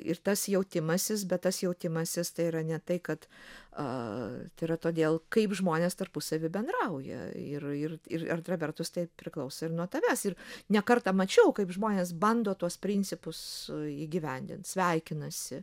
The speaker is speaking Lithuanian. ir tas jautimasis bet tas jautimasis tai yra ne tai kad a tėra todėl kaip žmonės tarpusavy bendrauja ir ir ir antra vertus tai priklauso ir nuo tavęs ir ne kartą mačiau kaip žmonės bando tuos principus įgyvendint sveikinasi